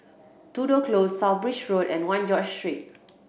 Tudor Close South Bridge Road and One George Street